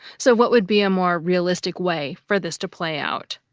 so what would be a more realistic way for this to play out?